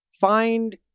find